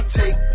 take